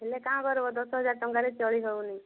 ହେଲେ କାଁ କରବ ଦଶ ହଜାର ଟଙ୍କାରେ ଚଳି ହେଉନି